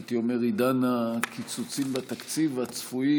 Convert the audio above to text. הייתי אומר שברוח עידן הקיצוצים בתקציב הצפויים,